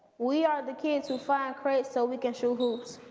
we are the kids who find crates so we can shoot hoops.